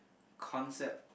concept